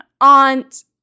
aunt